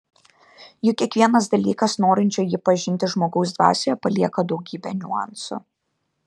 juk kiekvienas dalykas norinčio jį pažinti žmogaus dvasioje palieka daugybę niuansų